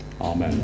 Amen